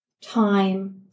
time